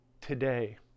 today